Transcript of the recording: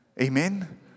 Amen